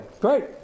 Great